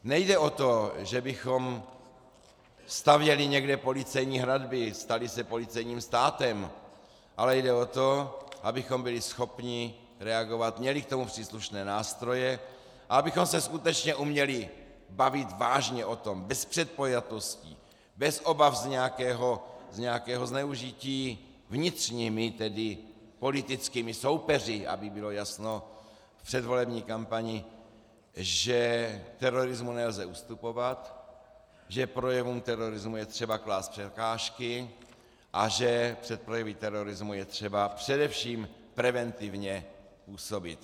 Nejde o to, že bychom stavěli někde policejní hradby, stali se policejním státem, ale jde o to, abychom byli schopni reagovat, měli k tomu příslušné nástroje a abychom se skutečně uměli bavit vážně o tom, bez předpojatostí, bez obav z nějakého zneužití vnitřními politickými soupeři, aby bylo jasno v předvolební kampani, že terorismu nelze ustupovat, že projevům terorismu je třeba klást překážky a že před projevy terorismu je třeba především preventivně působit.